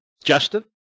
Justin